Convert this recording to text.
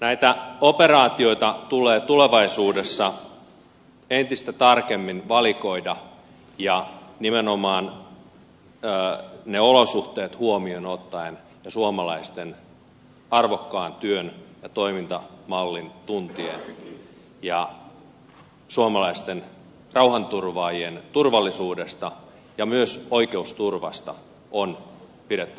näitä operaatioita tulee tulevaisuudessa entistä tarkemmin valikoida nimenomaan olosuhteet huomioon ottaen ja suomalaisten arvokkaan työn ja toimintamallin tuntien ja suomalaisten rauhanturvaajien turvallisuudesta myös oikeusturvasta on pidettävä huolta